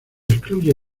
excluye